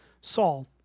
Saul